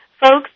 folks